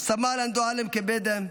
סמל אנדועלם קבדה,